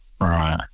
Right